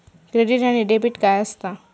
Credit आणि debit काय असता?